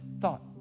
thought